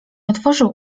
otworzył